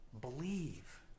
believe